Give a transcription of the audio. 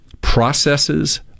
processes